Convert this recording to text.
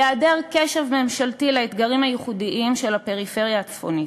בהיעדר קשב ממשלתי לאתגרים הייחודיים של הפריפריה הצפונית.